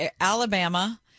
alabama